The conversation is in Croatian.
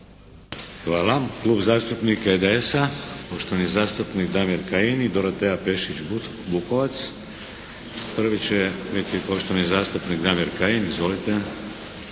Hvala. Klub zastupnika IDS-a, poštovani zastupnik Damir Kajin i Dorotea Pešić Bukovac. Prvi će biti poštovani zastupnik Damir Kajin. Izvolite.